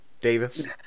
davis